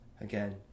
again